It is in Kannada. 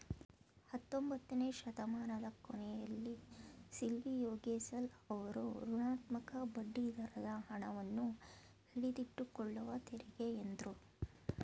ಹತ್ತೊಂಬತ್ತನೆ ಶತಮಾನದ ಕೊನೆಯಲ್ಲಿ ಸಿಲ್ವಿಯೋಗೆಸೆಲ್ ಅವ್ರು ಋಣಾತ್ಮಕ ಬಡ್ಡಿದರದ ಹಣವನ್ನು ಹಿಡಿದಿಟ್ಟುಕೊಳ್ಳುವ ತೆರಿಗೆ ಎಂದ್ರು